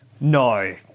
No